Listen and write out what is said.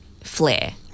flair